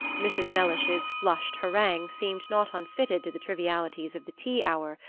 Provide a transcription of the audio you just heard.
mrs. mellish's flushed harangue seemed not unfitted to the trivialities of the tea hour,